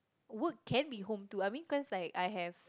work can be home too I mean cause like I have